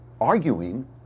arguing